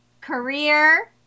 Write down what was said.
career